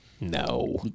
No